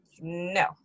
no